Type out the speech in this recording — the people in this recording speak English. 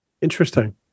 Interesting